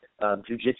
jujitsu